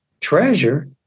treasure